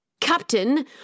Captain